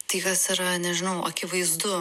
tai kas yra nežinau akivaizdu